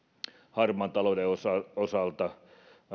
harmaan talouden osalta